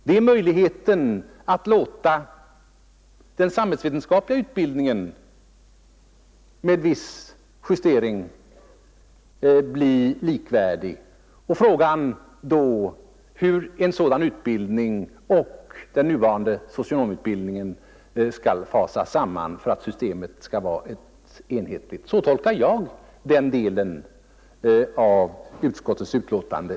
Det är möjligheterna att låta den samhällsvetenskapliga utbildningen med viss justering blir likvärdig med socionomutbildning. Frågan är då hur en sådan utbildning och den nuvarande socionomutbildningen skall fasas samman för att systemet skall vara enhetligt. Så tolkar jag den delen av utskottets betänkande.